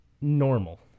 normal